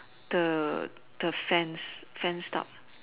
the the fence fence duck